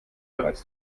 bereits